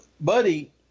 Buddy